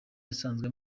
asanzwe